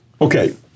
okay